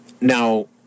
Now